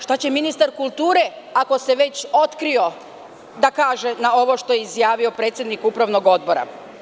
Šta će ministar kulture, ako se već otkrio da kaže na ovo što je izjavio predsednik Upravnog odbora?